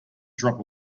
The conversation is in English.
drop